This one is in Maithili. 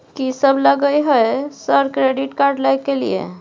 कि सब लगय हय सर क्रेडिट कार्ड लय के लिए?